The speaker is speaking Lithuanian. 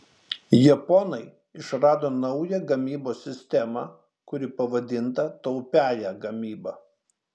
japonai išrado naują gamybos sistemą kuri pavadinta taupiąja gamyba